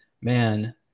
man